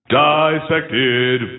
dissected